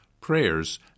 prayers